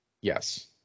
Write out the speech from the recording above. Yes